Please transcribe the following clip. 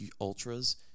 ultras